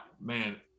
Man